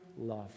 love